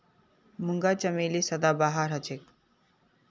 मूंगा चमेली सदाबहार हछेक